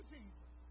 Jesus